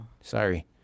sorry